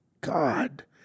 God